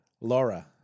Laura